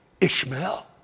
Ishmael